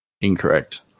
Incorrect